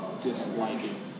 disliking